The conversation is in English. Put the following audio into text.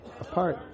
apart